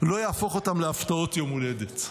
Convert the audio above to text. לא יהפוך אותן להפתעות יום הולדת.